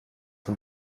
von